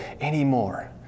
anymore